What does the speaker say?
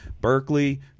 Berkeley